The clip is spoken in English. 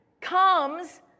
comes